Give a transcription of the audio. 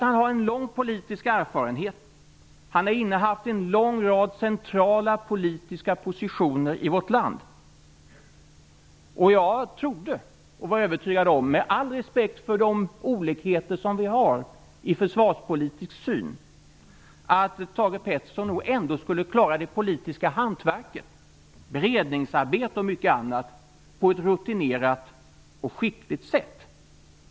Han har en lång politisk erfarenhet, han har innehaft en lång rad centrala politiska positioner i vårt land, och jag trodde - med all respekt för de olikheter som vi har i försvarspolitisk syn - att Thage G Peterson nog ändå skulle klara det politiska hantverket, beredningsarbete och mycket annat, på ett rutinerat och skickligt sätt.